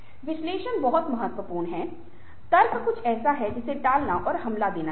विश्लेषण बहुत महत्वपूर्ण है तर्क कुछ ऐसा है जिसे टालना और हमला करना है